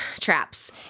traps